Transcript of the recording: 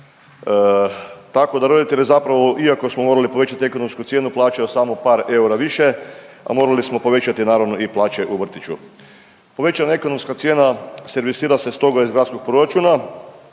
Tako da roditelji zapravo iako smo morali povećati ekonomsku cijenu plaćaju samo par eura više, a morali smo povećati naravno i plaće u vrtiću. Povećana ekonomska cijena servisira se stoga iz gradskog proračuna